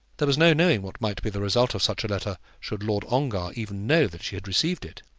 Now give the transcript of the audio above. there was no knowing what might be the result of such a letter should lord ongar even know that she had received it.